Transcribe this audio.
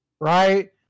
right